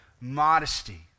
modesty